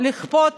לכפות